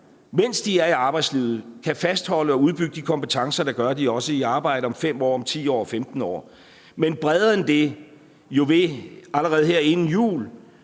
mens de er i arbejdslivet, kan fastholde og udbygge de kompetencer, der gør, at de også er i arbejde om 5 år, om 10 år, om 15 år. Men vi gør det jo bredere end det ved allerede her inden jul